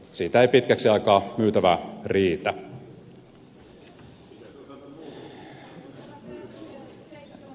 siitä ei pitkäksi aikaa myytävää riitä